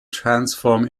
transform